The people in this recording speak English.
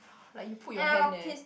like you put your hand there